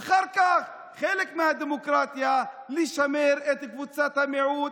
ואחר כך חלק מהדמוקרטיה היא לשמר את קבוצת המיעוט,